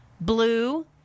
blue